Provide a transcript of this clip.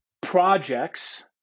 projects